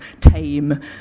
tame